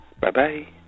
Bye-bye